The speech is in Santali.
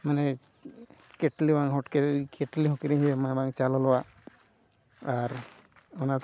ᱢᱟᱱᱮ ᱠᱮᱴᱞᱤ ᱵᱟᱝ ᱦᱚᱴ ᱠᱮᱴᱞᱤ ᱦᱚᱸ ᱠᱤᱨᱤᱧ ᱦᱩᱭᱟᱢᱟ ᱵᱟᱝ ᱪᱟ ᱞᱚᱞᱚᱣᱟᱜ ᱟᱨ ᱚᱱᱟ